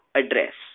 address